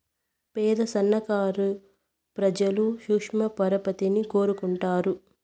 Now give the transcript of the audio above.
పేద సన్నకారు ప్రజలు సూక్ష్మ పరపతిని కోరుకుంటారు